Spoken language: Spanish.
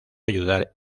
ayudar